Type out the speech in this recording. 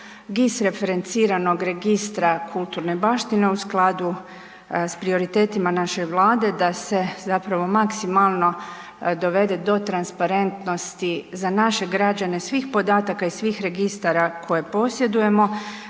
GIS referenciranog registra kulturne baštine u skladu s prioritetima naše Vlade da se zapravo maksimalno dovede do transparentnosti za naše građane svih podataka i svih registara koje posjedujemo.